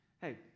hey